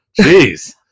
Jeez